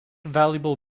valuable